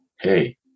hey